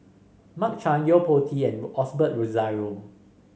Mark Chan Yo Po Tee and Osbert Rozario